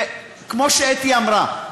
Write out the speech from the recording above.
וכמו שאתי אמרה,